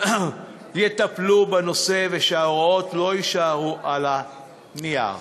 יטפלו בנושא ושההוראות לא יישארו על הנייר.